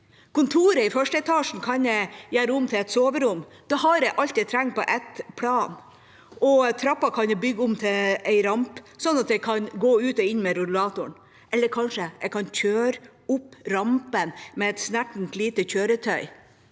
Kontoret i første etasje kan jeg gjøre om til soverom. Da har jeg alt jeg trenger på ett plan, og trappa kan bygges om til rampe, slik at jeg kan gå ut og inn med rullatoren. Eller kanskje kan jeg kjøre opp rampa med et snertent lite kjøretøy.